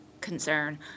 concern